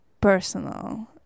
personal